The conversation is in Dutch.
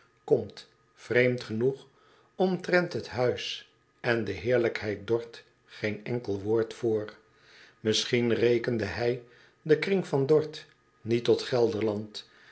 komt vreemd genoeg omtrent het huis en de heerlijkheid dorth geen enkel woord voor misschien rekende hij den kring van dorth niet tot gelderland